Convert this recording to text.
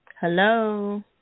Hello